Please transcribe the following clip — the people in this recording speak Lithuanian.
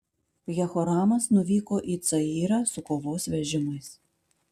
jehoramas nuvyko į cayrą su kovos vežimais